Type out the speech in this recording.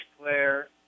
player